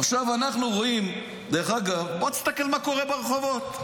עכשיו אנחנו רואים, הסתכל מה קורה ברחובות.